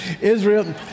Israel